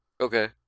Okay